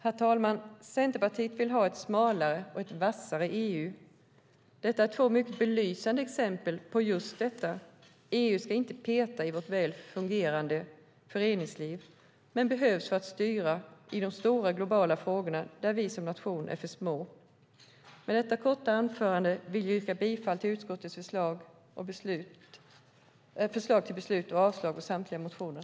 Herr talman! Centerpartiet vill ha ett smalare och ett vassare EU. Detta är två mycket belysande exempel på just detta. EU ska inte peta i vårt väl fungerande föreningsliv men behövs för att styra i de stora globala frågorna där vi som nation är för liten. Med detta korta anförande som grund vill jag yrka bifall till utskottets förslag till beslut och avslag på samtliga motioner.